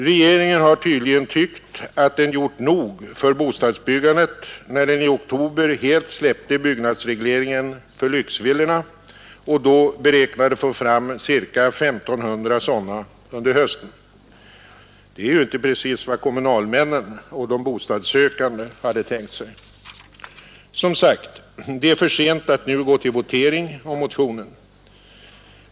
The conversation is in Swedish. Regeringen har tydligen tyckt att den gjort nog för bostadsbyggandet, när den i oktober helt släppte byggnadsregleringen för lyxvillorna och då beräknade få fram ca 1 500 sådana under hösten. Det är ju inte precis vad kommunalmännen och de bostadssökande hade tänkt sig. Som sagt — det är för sent att nu gå till votering om motionen.